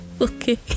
okay